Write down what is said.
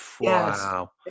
wow